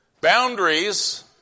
Boundaries